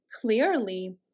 clearly